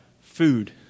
food